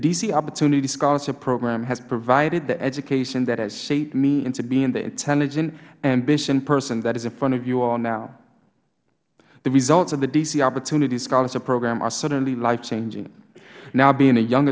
c opportunity scholarship program has provided the education that has shaped me into being the intelligent ambitious person that is in front of you all now the results of the d c opportunity scholarship program are certainly life changing now being a young